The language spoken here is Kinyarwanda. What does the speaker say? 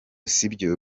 sibyo